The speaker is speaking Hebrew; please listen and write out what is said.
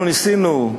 אנחנו ניסינו,